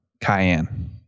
cayenne